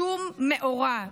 שום מאורע,